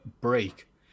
break